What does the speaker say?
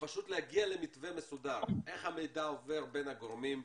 פשוט להגיע למתווה מסודר איך המידע עובר בין הגורמים,